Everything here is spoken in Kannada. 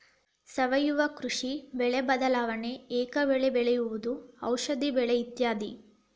ಸಾವಯುವ ಕೃಷಿ, ಬೆಳೆ ಬದಲಾವಣೆ, ಏಕ ಬೆಳೆ ಬೆಳೆಯುವುದು, ಔಷದಿ ಬೆಳೆ ಇತ್ಯಾದಿ